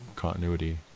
continuity